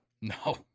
No